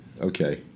okay